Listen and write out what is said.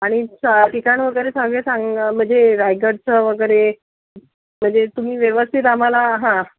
आणि च ठिकाण वगैरे सगळे सांगा म्हणजे रायगडचं वगैरे म्हणजे तुम्ही व्यवस्थित आम्हाला हां